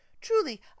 Truly